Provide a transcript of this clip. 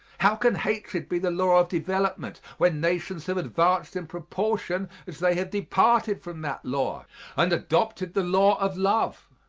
how can hatred be the law of development when nations have advanced in proportion as they have departed from that law and adopted the law of love?